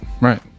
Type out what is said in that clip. Right